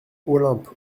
olympe